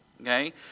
Okay